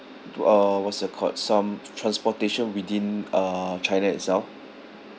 to uh what's that called some transportation within uh china itself